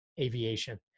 aviation